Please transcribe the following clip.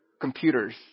computers